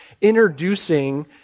introducing